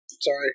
Sorry